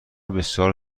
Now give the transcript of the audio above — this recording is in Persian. بسیار